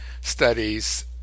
studies